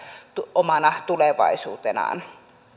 omana tulevaisuutenaan